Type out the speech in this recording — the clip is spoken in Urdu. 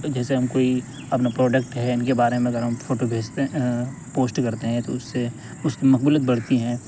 جیسے ہم کوئی اپنا پروڈکٹ ہے ان کے بارے میں اگر ہم فوٹو بھیجتے پوسٹ کرتے ہیں تو اس سے اس کی مقبولیت بڑھتی ہیں